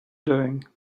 doing